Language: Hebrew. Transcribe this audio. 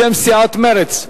בשם סיעת מרצ,